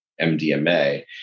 MDMA